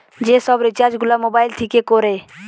যে সব রিচার্জ গুলা মোবাইল থিকে কোরে